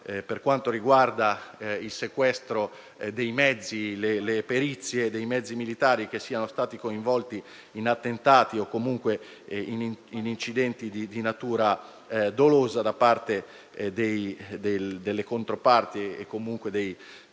per quanto riguarda il sequestro dei mezzi, le perizie dei mezzi militari coinvolti in attentati o, comunque, in incidenti di natura dolosa da parte delle controparti e degli